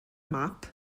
map